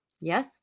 Yes